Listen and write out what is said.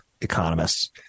economists